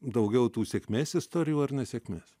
daugiau tų sėkmės istorijų ar nesėkmes